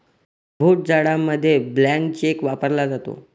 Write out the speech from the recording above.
भोट जाडामध्ये blank cheque वापरला जातो